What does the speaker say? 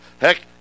Heck